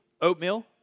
oatmeal